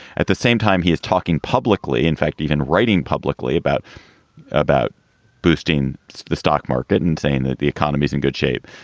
at the same time, he's talking publicly, in fact, even writing publicly about about boosting the stock market and saying that the economy's in good shape.